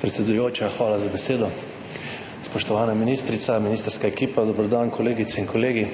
Predsedujoča, hvala za besedo. Spoštovana ministrica, ministrska ekipa! Dober dan, kolegice in kolegi!